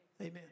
Amen